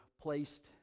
placed